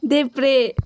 देब्रे